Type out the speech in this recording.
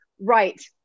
right